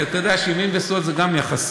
כי אתה יודע שימין ושמאל זה גם יחסי,